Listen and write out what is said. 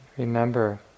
Remember